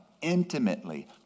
intimately